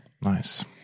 nice